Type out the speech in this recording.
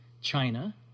China